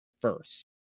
first